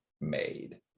made